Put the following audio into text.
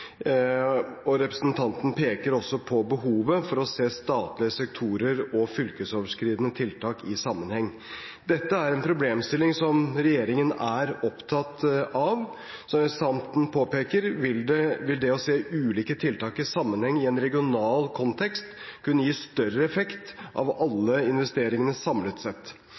Representanten peker også på behovet for å se statlige sektorer og fylkesoverskridende tiltak i sammenheng. Dette er en problemstilling som regjeringen er opptatt av. Som representanten påpeker, vil det å se ulike tiltak i sammenheng i en regional kontekst kunne gi større effekt av alle investeringene samlet sett.